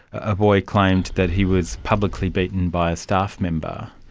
a boy claimed that he was publicly beaten by a staff member.